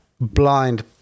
blind